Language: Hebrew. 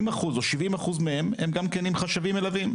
80%-70% מהן גם כן עם חשבים מלווים.